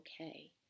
okay